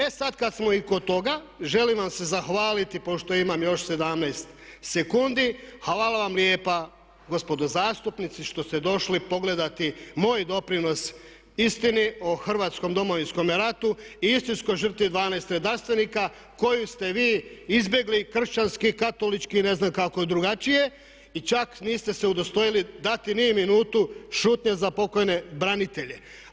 E sada kada smo i kod toga, želim vam se zahvaliti pošto imam još 17 sekundi, hvala vam lijepa gospodo zastupnici što ste došli pogledati moj doprinos istini o hrvatskom Domovinskome ratu i istinskoj žrtvi 12 redarstvenika koju ste vi izbjegli kršćanski i ne znam kako drugačije i čak niste se udostojili dati ni minutu šutnje za pokojne branitelje.